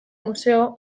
museo